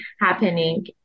happening